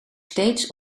steeds